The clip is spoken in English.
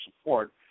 support